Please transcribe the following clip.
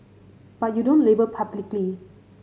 but you don't label publicly